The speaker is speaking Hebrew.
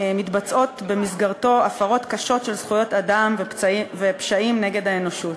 מתבצעות במסגרתו הפרות קשות של זכויות אדם ופשעים נגד האנושות.